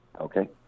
Okay